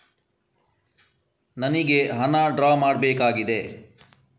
ನನಿಗೆ ಹಣ ಡ್ರಾ ಮಾಡ್ಬೇಕಾಗಿದೆ